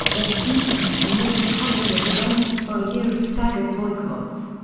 when students from local colleges arranged for a year of staggered boycotts.